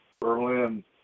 Berlin